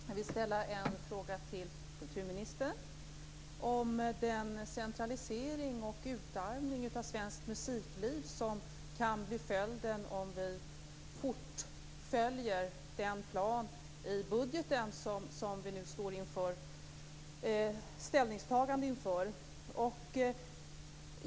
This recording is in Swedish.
Herr talman! Jag vill ställa en fråga till kulturministern om den centralisering och utarmning av svenskt musikliv som kan bli följden om vi fullföljer den plan i budgeten som vi snart skall ta ställning till.